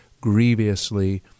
grievously